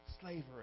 slavery